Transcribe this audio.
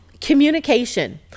communication